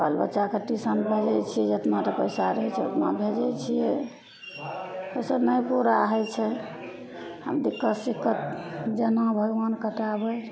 बालबच्चाकेँ टीसन भेजै छिए जतना पइसा रहै छै ओतना भेजै छिए ओहिसे नहि पूरा होइ छै हम दिक्कत सिक्कत जेना भगवान कटाबै